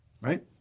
Right